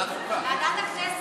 ועדת הכנסת.